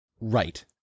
Right